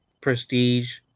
Prestige